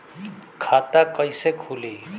खाता कइसे खुली?